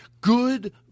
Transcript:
good